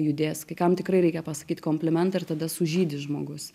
judės kai kam tikrai reikia pasakyt komplimentą ir tada sužydi žmogus